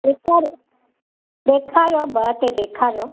ॾेखारि ॾेखारियो ॿ टे ॾेखारियो